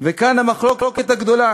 וכאן המחלוקת הגדולה